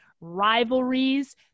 Rivalries